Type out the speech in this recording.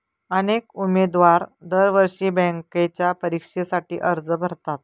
अनेक उमेदवार दरवर्षी बँकेच्या परीक्षेसाठी अर्ज भरतात